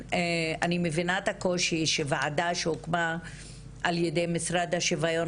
אני מבינה את הקושי שוועדה שהוקמה על ידי משרד השיוויון